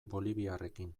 boliviarrekin